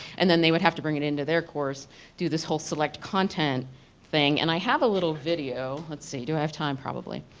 and then they would have to bring it in to their course do this whole select content thing. and i have a little video let's see, do i have time probably?